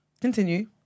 Continue